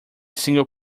single